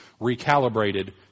recalibrated